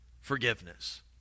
forgiveness